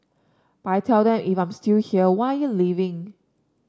but I tell them if I'm still here why are you leaving